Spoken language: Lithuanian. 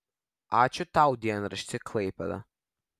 ačiū tau dienrašti klaipėda